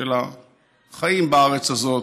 של החיים בארץ הזאת,